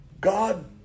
God